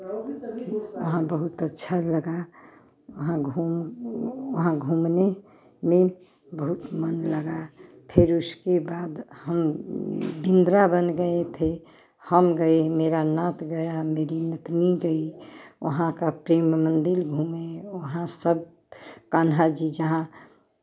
वहाँ बहुत अच्छा लगा वहाँ घूम वहाँ घूमने में बहुत मन लगा फिर उसके बाद हम वृंदावन गए थे हम गए मेरा नात गया मेरी नतिनी गई वहाँ का प्रेम मंदिर घूमे वहाँ सब कान्हा जी जहाँ